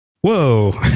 whoa